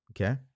Okay